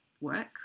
work